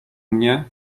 mnie